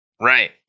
Right